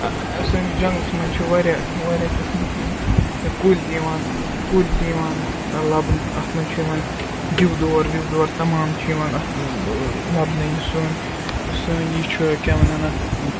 سٲنِس جَنگلَس منٛز چھِ واریاہ واریاہ قٕسمٕکۍ یِم کُلۍ تہِ یِوان کُلۍ تہِ یِوان لَبنہٕ اَتھ منٛز چھِ یِوان دِودور وِودور تَمام چھِ یِوان اَتھ لَبنہٕ یُس سٲنۍ یُس سٲنۍ یہِ چھُ کیٛاہ وَنان اَتھ